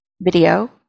video